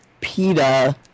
Peta